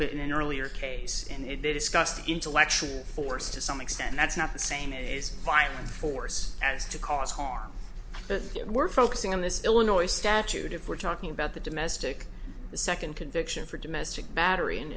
an earlier case and they discussed intellectual force to some extent that's not the same is violent force as to cause harm but yet we're focusing on this illinois statute if we're talking about the domestic the second conviction for domestic battery in